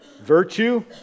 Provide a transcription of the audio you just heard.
virtue